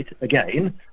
again